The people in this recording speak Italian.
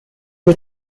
dei